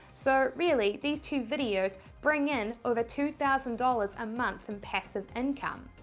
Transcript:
so, really, these two videos bring in over two thousand dollars a month in passive income.